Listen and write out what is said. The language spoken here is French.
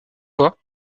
fois